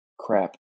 crap